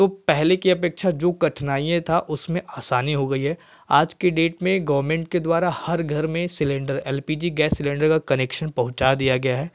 तो पहले की अपेक्षा जो कठिनाइयाँ था उसमें आसानी हो गई है आज की डेट में गोरमेंट के द्वारा हर घर में cylinder L P G gas cylinder का कनेक्शन पहुँचा दिया गया है